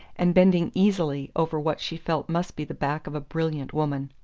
and bending easily over what she felt must be the back of a brilliant woman.